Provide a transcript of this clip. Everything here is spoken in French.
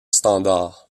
standard